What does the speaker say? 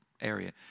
area